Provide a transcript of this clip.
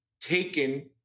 taken